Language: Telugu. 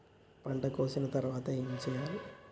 పంట కోసిన తర్వాత ఏం చెయ్యాలి?